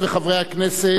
אדוני נגיד